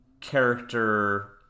character